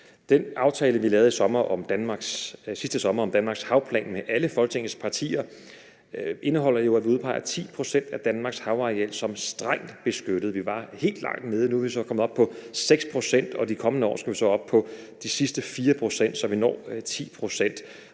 Den aftale, vi lavede sidste sommer om Danmarks havplan med alle Folketingets partier, indeholder jo, at vi udpeger 10 pct. af Danmarks havareal som strengt beskyttet. Vi var helt klart nede. Nu er vi så kommet op på 6 pct., og de kommende år skal vi så op med de sidste 4 pct., så vi når 10 pct.